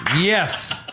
Yes